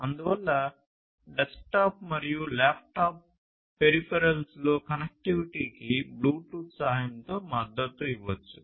అందువల్ల డెస్క్టాప్ మరియు ల్యాప్టాప్ పెరిఫెరల్స్తో కనెక్టివిటీకి బ్లూటూత్ సహాయంతో మద్దతు ఇవ్వవచ్చు